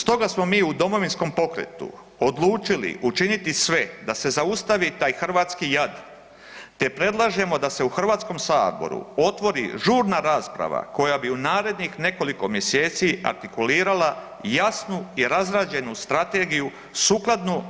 Stoga smo mi u Domovinskom pokretu odlučili učiniti sve da se zaustavi taj hrvatski jad, te predlažemo da se u HS otvori žurna rasprava koja bi u narednih nekoliko mjeseci artikulirala jasnu i razrađenu strategiju sukladnu